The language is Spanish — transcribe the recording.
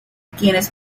quienes